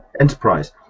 enterprise